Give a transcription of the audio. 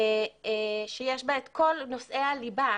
שיש בה את כל נושאי הליבה,